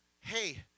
hey